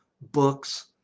books